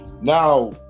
Now